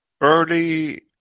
early